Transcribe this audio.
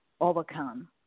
overcome